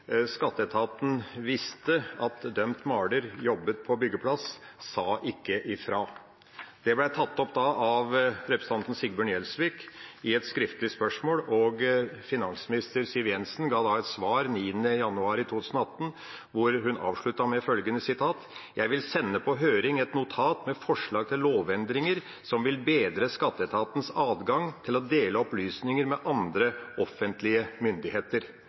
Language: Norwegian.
visste at straffedømt maler jobbet på kommunens byggeplass – sa ikke fra.» Det ble da tatt opp av representanten Sigbjørn Gjelsvik i et skriftlig spørsmål, og finansminister Siv Jensen ga et svar 9. januar 2018 hvor hun avsluttet med følgende: «Jeg vil sende på høring et notat med forslag til lovendringer som vil bedre Skatteetatens adgang til å dele opplysninger med andre offentlige myndigheter.»